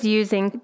using